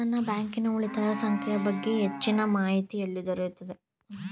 ನನ್ನ ಬ್ಯಾಂಕಿನ ಉಳಿತಾಯ ಸಂಖ್ಯೆಯ ಬಗ್ಗೆ ಹೆಚ್ಚಿನ ಮಾಹಿತಿ ಎಲ್ಲಿ ದೊರೆಯುತ್ತದೆ?